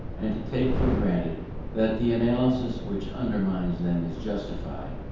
and to take for granted that the analysis which undermines them is justified,